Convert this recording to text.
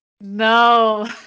No